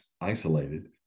isolated